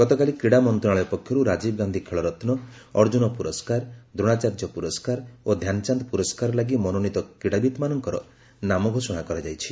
ଗତକାଲି କ୍ରୀଡ଼ା ମନ୍ତ୍ରଣାଳୟ ପକ୍ଷରୁ ରାଜୀବ ଗାନ୍ଧୀ ଖେଳରତ୍ନ ଅର୍ଜ୍ଜୁନ ପୁରସ୍କାର ଦ୍ରୋଣାଚାର୍ଯ୍ୟ ପୁରସ୍କାର ଓ ଧ୍ୟାନଚାନ୍ଦ ପୁରସ୍କାର ଲାଗି ମନୋନୀତ କ୍ରୀଡ଼ାବିତ୍ମାନଙ୍କର ନାମ ଘୋଷଣା କରାଯାଇଛି